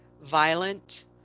violent